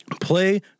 Play